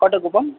Kottakuppam